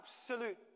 absolute